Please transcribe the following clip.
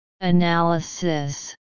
Analysis